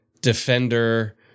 defender